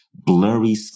blurry